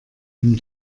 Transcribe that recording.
nimm